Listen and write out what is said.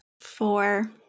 four